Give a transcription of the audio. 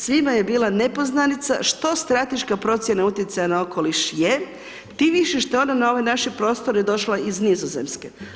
Svima je bila nepoznanica što strateška procjena utjecaja na okoliš je, tim više što je ona na ove naše prostore došla iz Nizozemske.